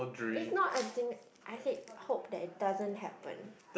it's not a I said hope that it doesn't happen